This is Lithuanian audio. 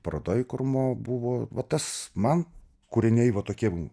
parodoj kur mo buvo va tas man kūriniai va tokiem